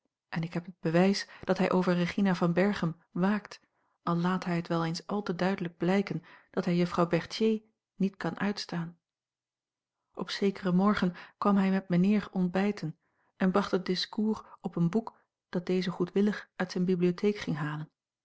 en ik heb het bewijs dat hij over regina van berchem waakt al laat hij het wel eens al te duidelijk blijken dat hij juffrouw berthier niet kan uitstaan op zekeren morgen kwam hij met mijnheer ontbijten en bracht het discours op een boek dat deze goedwillig uit zijne bibliotheek ging halen